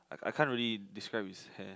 I I can't really describe his hair